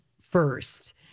first